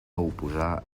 oposar